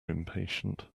impatient